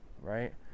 Right